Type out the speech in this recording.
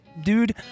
Dude